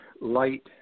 light